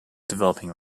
developing